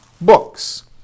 books